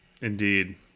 Indeed